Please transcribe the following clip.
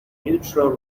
neutral